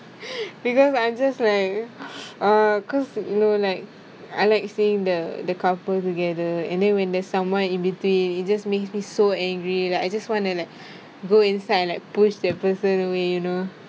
because I'm just like uh cause you know like I like seeing the the couples together and then when there someone in between it just makes me so angry like I just want to like go inside like push that person away you know